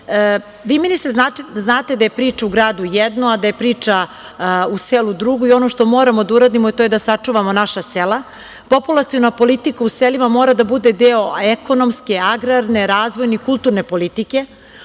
dece. Ministre, znate da je priča u gradu jedno, a da je priča u selu drugo i ono što moramo da uradimo to je da sačuvamo naša sela. Populaciona politika u selima mora da bude deo ekonomske, agrarne, razvojne i kulturne politike.